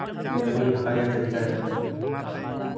ᱜᱟᱹᱰᱤ ᱯᱷᱟᱸᱠᱟ ᱜᱮᱭᱟ ᱥᱮ ᱪᱮᱠᱟ ᱜᱮᱛᱟᱢᱟ